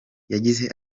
yagize